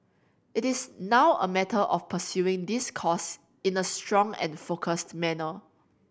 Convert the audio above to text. it is now a matter of pursuing this course in a strong and focused manner